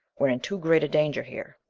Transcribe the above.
we're in too great a danger here!